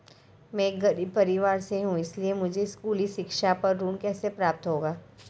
मैं एक गरीब परिवार से हूं इसलिए मुझे स्कूली शिक्षा पर ऋण कैसे प्राप्त होगा?